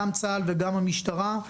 גם צה"ל וגם המשטרה.